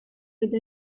with